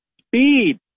speed